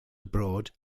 abroad